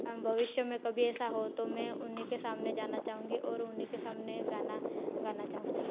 भविष्य में कभी ऐसा हो तो मैं उन्हीं के सामने जाना चाहूँगी और उन्हीं के सामने गाना गाना चाहूँगी